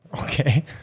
Okay